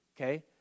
okay